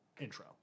intro